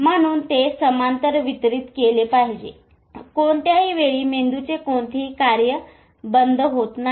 म्हणून ते समांतर वितरित केले पाहिजे कोणत्याही वेळी मेंदूचे कोणतेही कार्य बंद होत नाही